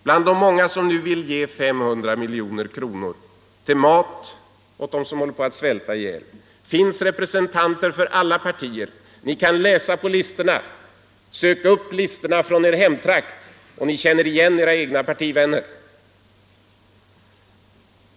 Bland de många som nu vill ge 500 miljoner kronor till mat åt dem som håller på att svälta ihjäl finns representanter för alla partier. Ni kan läsa på listorna. Sök reda på listorna från er hemtrakt, och ni känner igen era egna partivänner!